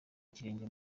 ikirenge